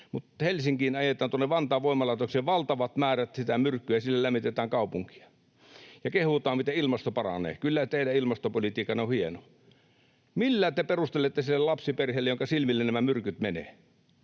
Mutta Helsinkiin, tuonne Vantaan voimalaitokseen, ajetaan valtavat määrät sitä myrkkyä, ja sillä lämmitetään kaupunkia ja kehutaan, miten ilmasto paranee. Kyllä teidän ilmastopolitiikkanne on hieno. Millä te perustelette tämän sille lapsiperheelle, jonka silmille nämä myrkyt menevät?